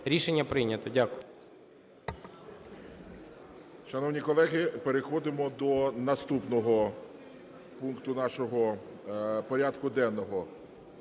Рішення прийнято. Дякую.